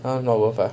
ah not worth ah